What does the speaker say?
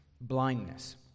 blindness